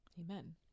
Amen